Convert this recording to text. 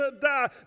die